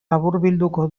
laburbilduko